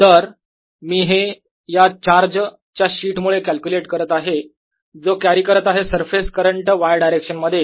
Ax0y0z004πyKδzx2y2z z2dxdydz तर मी हे या चार्ज च्या शीट मुळे कॅल्क्युलेट करत आहे जो कॅरी करत आहे सरफेस करंट Y डायरेक्शन मध्ये